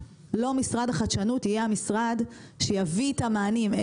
לא משרד החדשנות יהיה המשרד שיביא את המענים,